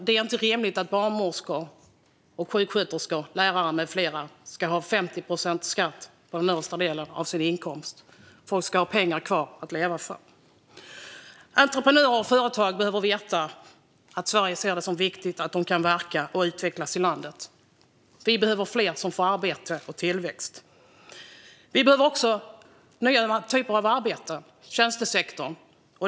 Det är inte rimligt att barnmorskor, sjuksköterskor och lärare med flera ska ha 50 procent skatt på den översta delen av sin inkomst. Folk ska ha pengar kvar att leva för. Entreprenörer och företag behöver veta att Sverige ser det som viktigt att de kan verka och utvecklas i landet. Vi behöver fler som får arbete och genererar tillväxt. Vi behöver också nya typer av arbeten inom tjänstesektorn.